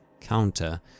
counter